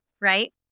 right